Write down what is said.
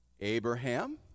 Abraham